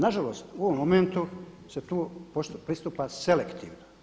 Nažalost u ovom momentu se tu pristupa selektivno.